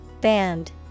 Band